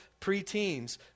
preteens